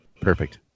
perfect